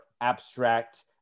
Abstract